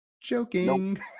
joking